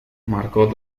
marcó